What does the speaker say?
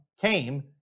came